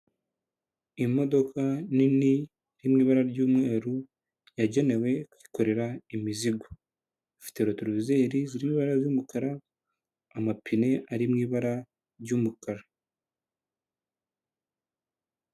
Imodoka nini iri mu ibara ry'umweru yagenewe kwikorera imizigo, ifite rotorovizeri ziri mu ibara z'umukara amapine ari mu ibara ry'umukara.